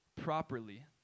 properly